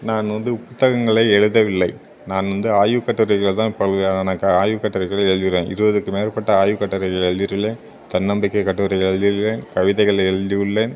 நான் வந்து புத்தகங்களை எழுதவில்லை நான் வந்து ஆய்வுக் கட்டுரைகள் தான் பல வகையான ஆய்வுக் கட்டுரைகளை எழுதுறேன் இருபதுக்கு மேற்பட்ட ஆய்வுக் கட்டுரைகள் எழுதியுள்ளேன் தன்னம்பிக்கை கட்டுரைகள் எழுதியுள்ளேன் கவிதைகள் எழுதியுள்ளேன்